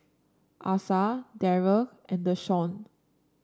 Asa Derrek and Deshaun